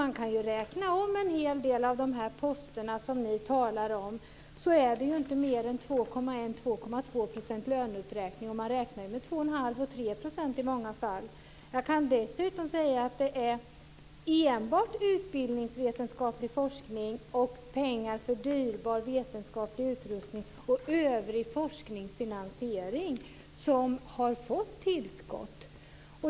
Vi kan ju räkna om en hel del av de poster ni talar om, och då är det inte mer än 2,1 2,2 % löneuppräkning. Och man räknar ju med 2,5 Jag kan dessutom säga att det enbart är utbildningsvetenskaplig forskning, pengar för dyrbar vetenskaplig utrustning och övrig forskningsfinansiering som har fått tillskott.